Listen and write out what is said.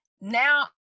now